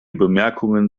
bemerkungen